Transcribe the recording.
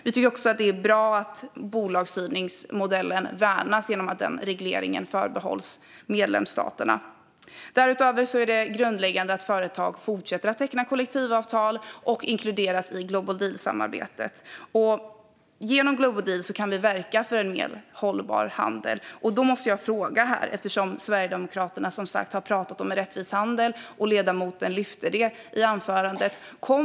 Vi tycker också att det är bra att bolagsstyrningsmodellen värnas genom att regleringen förbehålls medlemsstaterna. Därutöver är det grundläggande att företag fortsätter att teckna kollektivavtal och inkluderas i Global Deal-samarbetet. Genom Global Deal kan vi verka för en mer hållbar handel. Eftersom Sverigedemokraterna har pratat om rättvis handel och ledamoten lyfte upp det i sitt anförande måste jag få ställa en fråga.